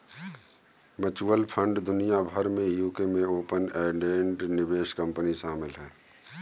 mutual fund दुनिया भर में यूके में ओपन एंडेड निवेश कंपनी शामिल हैं